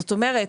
זאת אומרת,